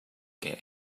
get